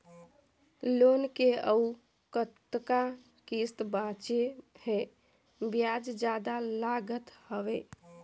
Loan के अउ कतका किस्त बांचें हे? ब्याज जादा लागत हवय,